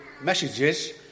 messages